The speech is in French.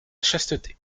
chasteté